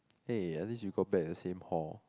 hey at least you got back the same hall